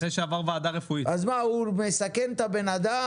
אז מה הוא יסכן את הבן-אדם?